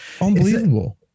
Unbelievable